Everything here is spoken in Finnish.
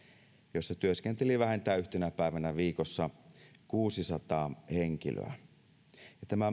joissa työskenteli vähintään yhtenä päivänä viikossa kuusisataa henkilöä tämä